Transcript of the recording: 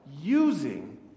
using